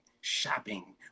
shopping